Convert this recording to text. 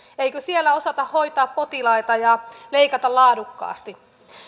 eikö siellä osata hoitaa potilaita ja leikata laadukkaasti